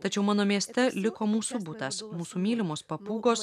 tačiau mano mieste liko mūsų butas mūsų mylimos papūgos